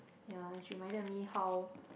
ya she reminded me how